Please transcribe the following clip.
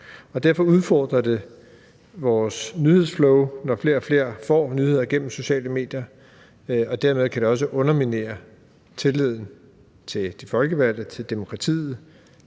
Derfor udfordrer det vores nyhedsflow, når flere og flere får nyheder gennem sociale medier, og dermed kan det også underminere tilliden til de folkevalgte, til demokratiet